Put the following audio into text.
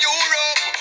Europe